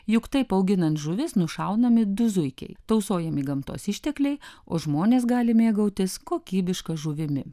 juk taip auginant žuvis nušaunami du zuikiai tausojami gamtos ištekliai o žmonės gali mėgautis kokybiška žuvimi